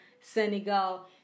Senegal